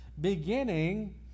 beginning